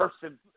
person